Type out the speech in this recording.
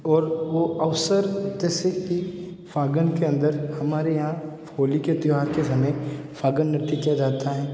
और वो अवसर जैसे कि फ़ाल्गुन के अंदर हमारे यहाँ होली के त्यौहार के समय फ़ाल्गुन नृत्य किया जाता है